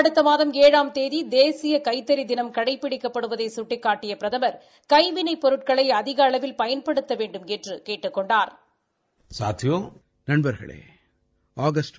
அடுத்த மாதம் ஏழாம் தேதி தேசிய கைத்தறி தினம் கடைபிடிக்கப்படுவதை சுட்டிக்காட்டிய பிரதமா் கைவினைப் பொருட்களை அதிக அளவில் பயன்படுத்த வேண்டுமென்று கேட்டுக் கொண்டாா்